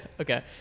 Okay